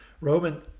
Roman